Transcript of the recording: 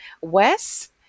Wes